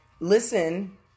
Listen